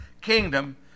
kingdom